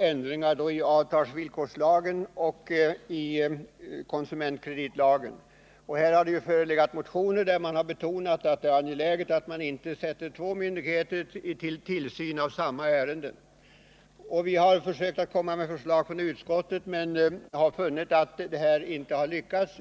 ändringar i avtalsvillkorslagen och i konsumentkreditlagen har varit på tal. Här har det förelegat motioner i vilka det har betonats att det är angeläget att inte två myndigheter har tillsyn i samma ärende. Vi har från utskottet försökt att komma med förslag, men detta har inte lyckats.